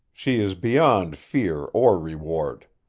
she is beyond fear or reward.